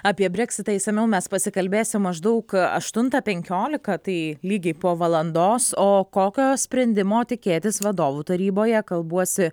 apie breksitą išsamiau mes pasikalbėsim maždaug aštuntą penkiolika tai lygiai po valandos o kokio sprendimo tikėtis vadovų taryboje kalbuosi